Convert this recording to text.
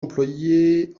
employé